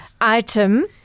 item